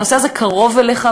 הנושא הזה קרוב אליך,